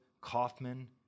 Kaufman